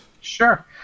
Sure